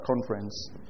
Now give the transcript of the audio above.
conference